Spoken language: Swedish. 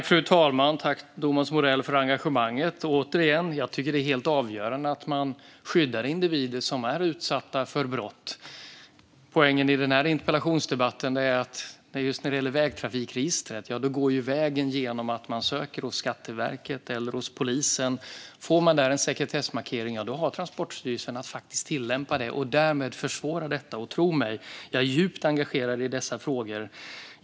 Fru talman! Tack, Thomas Morell, för engagemanget! Återigen tycker jag att det är helt avgörande att man skyddar individer som är utsatta för brott. Poängen i den här interpellationsdebatten är att just när det gäller vägtrafikregistret går vägen genom att ansöka hos Skatteverket eller hos polisen. Får man en sekretessmarkering där har Transportstyrelsen att faktiskt tillämpa den och därmed försvåra detta. Tro mig: Jag är djupt engagerad i dessa frågor.